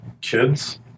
kids